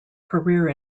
career